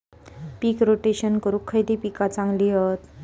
पीक rotation करूक खयली पीका चांगली हत?